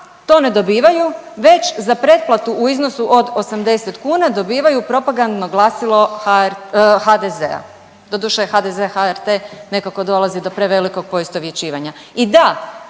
to ne dobivaju već za pretplatu u iznosu od 80 kuna dobivaju propagandno glasilo HR, HDZ-a, doduše HDZ HRT nekako dolazi do prevelikog poistovjećivanja.